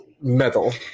metal